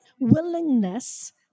willingness